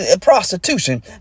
prostitution